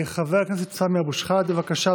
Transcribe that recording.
חבר הכנסת סמי אבו שחאדה, בבקשה.